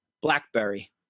BlackBerry